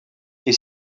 est